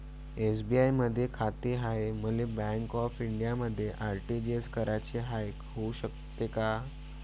SBI मधी खाते हाय, मले बँक ऑफ इंडियामध्ये आर.टी.जी.एस कराच हाय, होऊ शकते का?